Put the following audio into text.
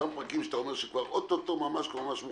אותם פרקים שאתה אומר שאוטוטו מוכנים,